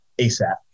ASAP